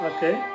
Okay